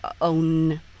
own